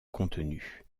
contenu